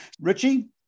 Richie